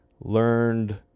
learned